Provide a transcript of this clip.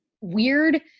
weird